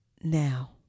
Now